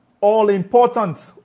all-important